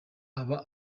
aba